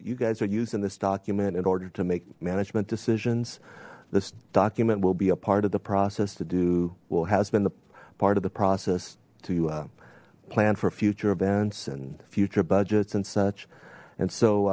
you guys are used in this document in order to make management decisions this document will be a part of the process to do well has been the part of the process to plan for future events and future budgets and such and so